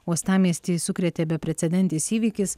uostamiestį sukrėtė beprecedentis įvykis